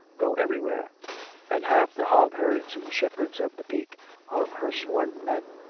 go everywhere and half the hog-herds and shepherds of the peak are her sworn men.